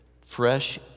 fresh